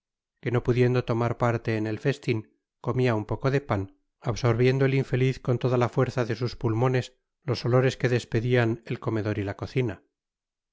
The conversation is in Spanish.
que no pudiendo tomar parte en el festin comia un poco de pan absorviendo el infeliz con toda la fuerza de sus pulmones los olores que despedian el comedor y la cocina